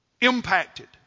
impacted